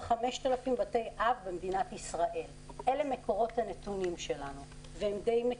5,000 בתי אב במדינת ישראל אלו מקורות הנתונים שלנו והם די מקיפים.